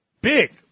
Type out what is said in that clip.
big